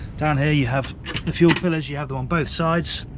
down here you have the fuel fillers, you have them on both sides,